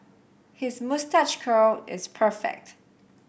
his moustache curl is perfect